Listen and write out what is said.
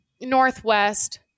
Northwest